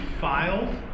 filed